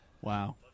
Wow